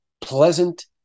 pleasant